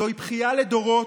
זוהי בכייה לדורות,